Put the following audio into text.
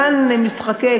כאן משחקי,